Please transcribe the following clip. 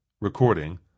Recording